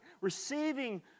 receiving